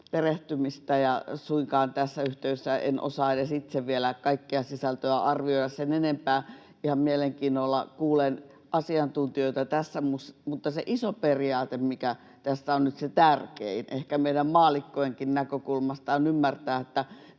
perehtymistä. Suinkaan tässä yhteydessä en osaa edes itse vielä kaikkea sisältöä arvioida sen enempää, ihan mielenkiinnolla kuulen asiantuntijoita tässä. Mutta se iso periaate, mikä tässä on nyt se tärkein ehkä meidän maallikkojenkin näkökulmasta, on ymmärtää, että